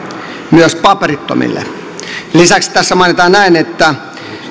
myös paperittomille lisäksi tässä mainitaan näin että